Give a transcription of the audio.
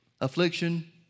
Affliction